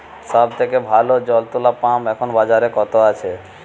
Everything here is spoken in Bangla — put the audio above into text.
সব থেকে ভালো জল তোলা পাম্প এখন বাজারে কত আছে?